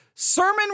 Sermon